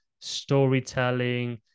storytelling